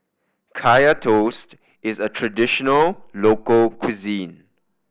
Kaya Toast is a traditional local cuisine